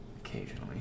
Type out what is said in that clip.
Occasionally